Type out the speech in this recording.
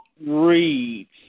reads